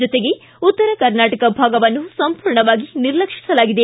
ಜೊತೆಗೆ ಉತ್ತರ ಕರ್ನಾಟಕ ಭಾಗವನ್ನು ಸಂಪೂರ್ಣವಾಗಿ ನಿರ್ಲಕ್ಷಿಸಲಾಗಿದೆ